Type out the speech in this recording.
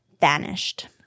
vanished